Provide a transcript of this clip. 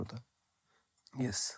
Yes